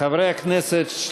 חברי הכנסת,